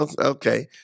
okay